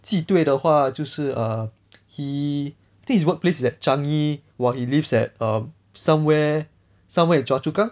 记对的话就是 err he think his workplace is at changi while he lives at um somewhere somewhere at choa chu kang